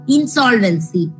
Insolvency